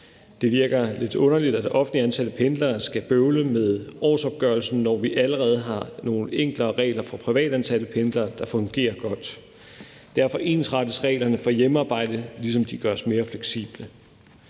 Det virker lidt underligt, at offentligt ansatte pendlere skal bøvle med årsopgørelsen, når vi allerede har nogle enklere regler for privatansatte pendlere, der fungerer godt. Derfor ensrettes reglerne for hjemmearbejde, ligesom de gøres mere fleksible.